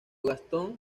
gastón